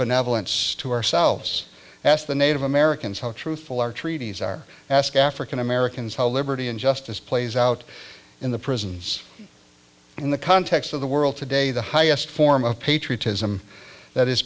benevolence to ourselves ask the native americans how truthful our treaties are ask african americans how liberty and justice plays out in the prisons in the context of the world today the highest form of patriotism that is